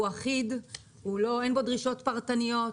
הוא אחיד, אין בו דרישות פרטניות.